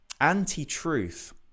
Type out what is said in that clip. anti-truth